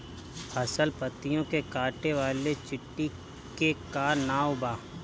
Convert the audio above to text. फसल पतियो के काटे वाले चिटि के का नाव बा?